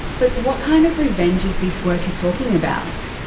but what kind of revenge is this worker talking about?